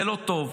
זה לא טוב.